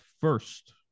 first